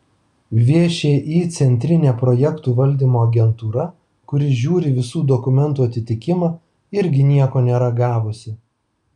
všį centrinė projektų valdymo agentūra kuri žiūri visų dokumentų atitikimą irgi nieko nėra gavusi